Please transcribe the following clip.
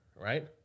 right